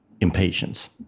impatience